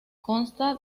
consta